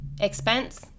Expense